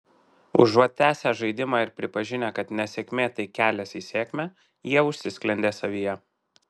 užuot tęsę žaidimą ir pripažinę kad nesėkmė tai kelias į sėkmę jie užsisklendė savyje